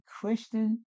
Christian